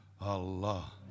Allah